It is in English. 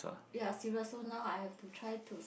ya serious so now I have to try to